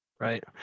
Right